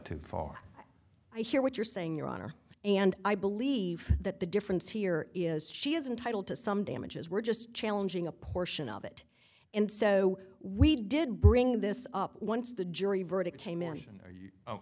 too far i hear what you're saying your honor and i believe that the difference here is she is entitle to some damages we're just challenging a portion of it and so we did bring this up once the jury verdict came